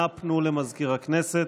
אנא פנו למזכיר הכנסת.